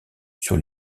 sur